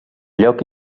lloc